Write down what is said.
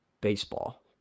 baseball